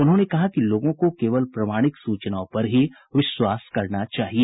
उन्होंने कहा कि लोगों को केवल प्रामाणिक सूचनाओं पर ही विश्वास करना चाहिए